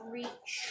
reach